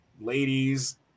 ladies